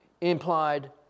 implied